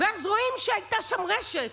ואז רואים שהייתה שם רשת.